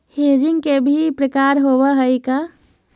Hedging के भी प्रकार होवअ हई का?